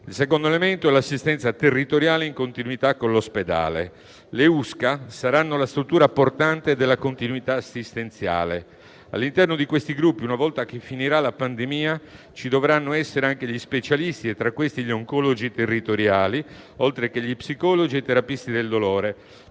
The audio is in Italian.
Il secondo elemento è l'assistenza territoriale in continuità con l'ospedale. Le USCA saranno la struttura portante della continuità assistenziale; all'interno di questi gruppi, una volta che finirà la pandemia, ci dovranno essere anche gli specialisti e tra questi gli oncologi territoriali, oltre che gli psicologi e i terapisti del dolore.